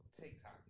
TikTok